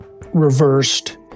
reversed